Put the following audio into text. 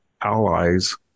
allies